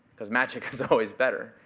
cause magic is always better.